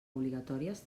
obligatòries